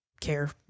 care